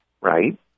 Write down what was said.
right